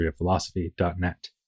historyofphilosophy.net